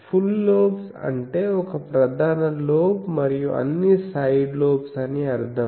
full lobes అంటే ఒక ప్రధాన లోబ్ మరియు అన్ని సైడ్ లోబ్స్ అని అర్థం